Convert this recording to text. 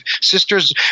sister's